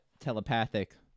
telepathic